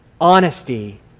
Honesty